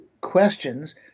questions